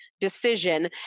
decision